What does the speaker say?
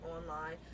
online